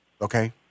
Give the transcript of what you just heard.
Okay